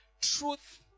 Truth